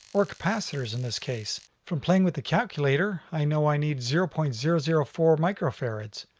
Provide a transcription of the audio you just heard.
or capacitors in this case. from playing with the calculator, i know i need zero point zero zero four microfarads,